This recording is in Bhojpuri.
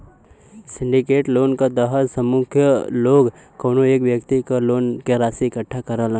सिंडिकेट लोन क तहत समूह क लोग कउनो एक व्यक्ति क लोन क राशि इकट्ठा करलन